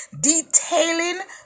detailing